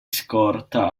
scorta